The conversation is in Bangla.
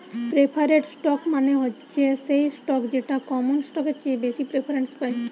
প্রেফারেড স্টক মানে হচ্ছে সেই স্টক যেটা কমন স্টকের চেয়ে বেশি প্রেফারেন্স পায়